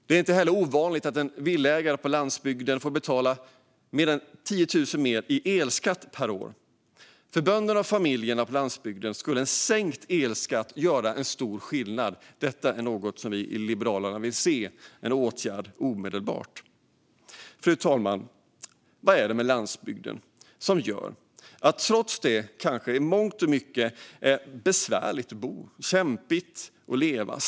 Det är inte heller ovanligt att en villaägare på landsbygden får betala 10 000 mer per år i elskatt. För bönderna och familjerna på landsbygden skulle sänkt elskatt göra stor skillnad. Det är en åtgärd som Liberalerna vill se omedelbart. Fru talman! Vad är det med landsbygden som lockar, trots att det i mångt och mycket kanske är besvärligt att bo och kämpigt att leva där?